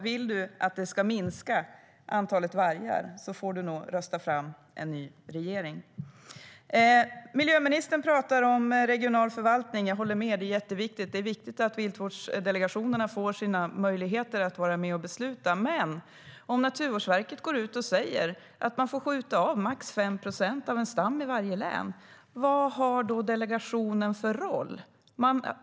Vill du att antalet vargar ska minska får du nog rösta fram en ny regering. Miljöministern talar om regional förvaltning. Jag håller med. Det är jätteviktigt. Det är viktigt att viltvårdsdelegationerna får möjlighet att vara med och besluta. Men om Naturvårdsverket går ut och säger att man får skjuta av max 5 procent av stammen i varje län, vad har då delegationen för roll?